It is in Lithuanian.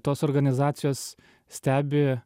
tos organizacijos stebi